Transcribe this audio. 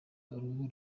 uruhu